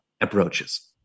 approaches